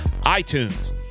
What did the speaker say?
itunes